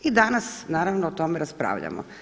I danas naravno o tome raspravljamo.